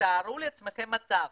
תתארו לעצמכם מצב,